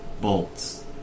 bolts